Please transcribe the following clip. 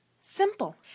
simple